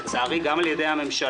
לצערי גם על ידי הממשלה,